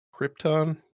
Krypton